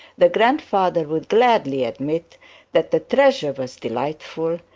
the grandfather would gladly admit that the treasure was delightful,